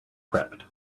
prepped